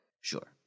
Sure